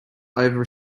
over